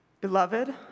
Beloved